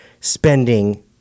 spending